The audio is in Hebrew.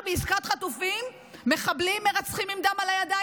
בעסקת חטופים מחבלים מרצחים עם דם על הידיים.